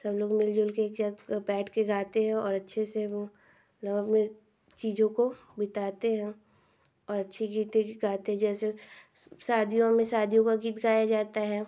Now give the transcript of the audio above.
सब लोग मिलजुल के बैठ कर गाते हैं और अच्छे से मतलब अपने चीज़ों को अच्छे से बिताते हैं और अच्छी गीतें भी गाते जैसे शादियों में शादियों का गीत गाया जाता है